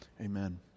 Amen